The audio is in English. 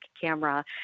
camera